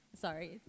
Sorry